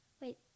Wait